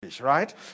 Right